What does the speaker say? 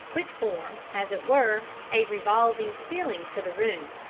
which form, as it were, a revolving ceiling to the room.